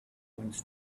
funds